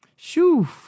shoo